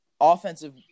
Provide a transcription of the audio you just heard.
offensive